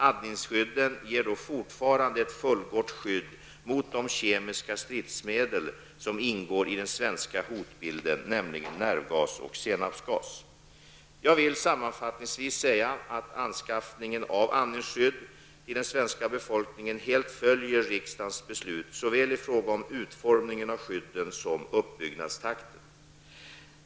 Andningsskydden ger då fortfarande ett fullgott skydd mot de kemiska stridsmedel som ingår i den svenska hotbilden, nämligen nervgas och senapsgas. Jag vill sammanfattningsvis säga att anskaffningen av andningsskydd till den svenska befolkningen helt följer riksdagens beslut såväl i fråga om utformningen av skydden som i fråga om uppbyggnadstakten.